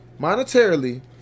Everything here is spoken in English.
monetarily